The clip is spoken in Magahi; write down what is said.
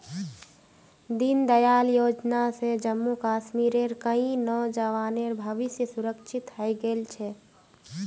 दीनदयाल योजना स जम्मू कश्मीरेर कई नौजवानेर भविष्य सुरक्षित हइ गेल छ